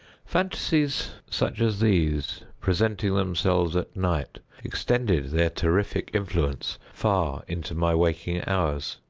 phantasies such as these, presenting themselves at night, extended their terrific influence far into my waking hours.